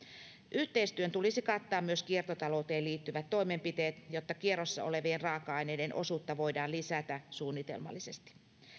yhteistyön tulisi kattaa myös kiertotalouteen liittyvät toimenpiteet jotta kierrossa olevien raaka aineiden osuutta voidaan lisätä suunnitelmallisesti